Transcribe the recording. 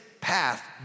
path